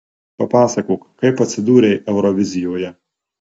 papasakok kaip atsidūrei eurovizijoje